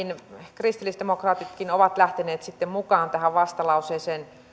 kristillisdemokraatitkin ovat lähteneet sitten mukaan tähän vastalauseeseen